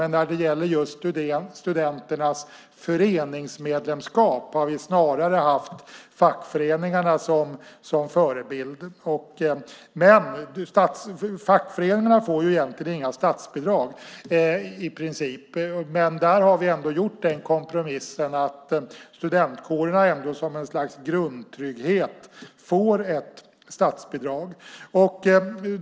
När det gäller just studenternas föreningsmedlemskap har vi snarare haft fackföreningarna som förebild, och fackföreningarna får i princip inga statsbidrag. Där har vi gjort den kompromissen att studentkårerna ändå, som ett slags grundtrygghet, får ett statsbidrag.